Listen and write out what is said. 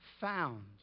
found